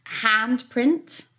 handprint